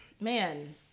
man